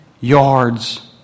yards